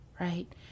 right